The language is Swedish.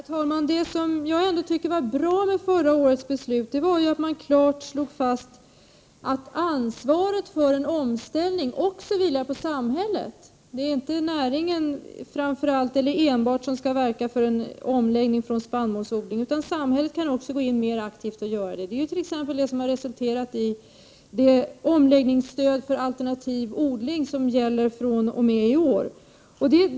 Herr talman! Det som jag ändå tycker är bra med förra årets beslut är att man klart slår fast att ansvaret för en omställning också vilar på samhället. Det är inte näringen enbart som skall verka för en omläggning från spannmålsodling, utan samhället kan också gå in mera aktivt. Det är t.ex. det som har resulterat i det omläggningsstöd för alternativ odling som gäller fr.o.m. i år.